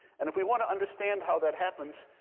and if we want to understand how that happens,